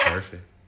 Perfect